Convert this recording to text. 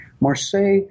Marseille